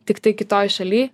tiktai kitoj šaly